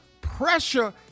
Pressure